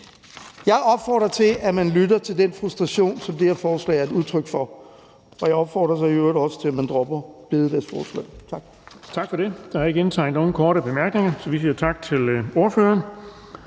Jeg opfordrer til, at man lytter til den frustration, som det her forslag er et udtryk for. Og jeg opfordrer så i øvrigt også til, at man dropper bededagsforslaget. Tak.